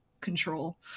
control